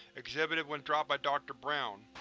exhibited when dropped by dr brown.